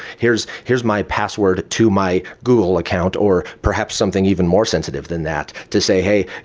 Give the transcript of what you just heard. here's here's my password to my google account, or perhaps something even more sensitive than that to say, hey,